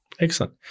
Excellent